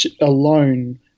alone